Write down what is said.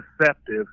deceptive